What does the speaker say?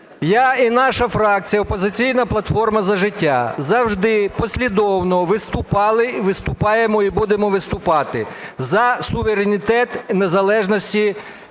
я і наша фракція "Опозиційна платформа - За життя" завжди послідовно виступали і виступаємо, і будемо виступати за суверенітет, незалежність